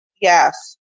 Yes